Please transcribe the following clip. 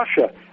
Russia